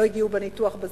לא הגיעו לניתוח בזמן,